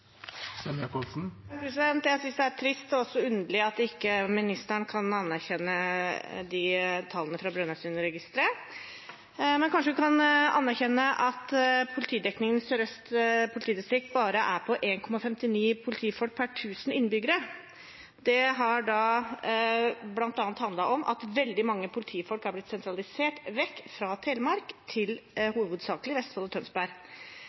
Jeg synes det er trist og også underlig at statsråden ikke kan anerkjenne disse tallene fra Brønnøysundregistrene. Men kanskje hun kan anerkjenne at politidekningen i Sør-Øst politidistrikt bare er på 1,59 politifolk per tusen innbyggere. Det handler bl.a. om at veldig mange politifolk har blitt sentralisert vekk fra Telemark til hovedsakelig Vestfold og Tønsberg.